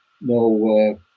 no